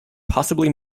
possibly